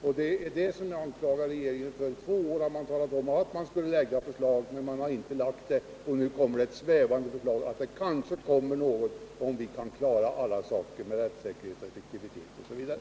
Det är detta jag anklagar regeringen för. I två år har den talat om att framlägga ett förslag men inte gjort det, och nu kommer det bara ett svävande svar om att det kanske kommer något, om regeringen kan klara av alla saker som rör rättssäkerhet, effektivitet osv.